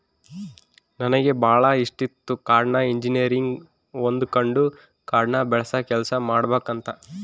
ನನಗೆ ಬಾಳ ಇಷ್ಟಿತ್ತು ಕಾಡ್ನ ಇಂಜಿನಿಯರಿಂಗ್ ಓದಕಂಡು ಕಾಡ್ನ ಬೆಳಸ ಕೆಲ್ಸ ಮಾಡಬಕಂತ